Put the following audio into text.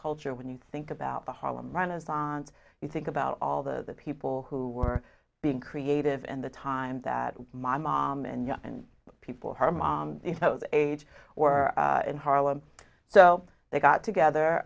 culture when you think about the harlem renaissance you think about all the people who were being creative in the time that my mom and you know and people her mom you know the age or in harlem so they got together